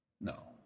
No